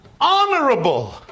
Honorable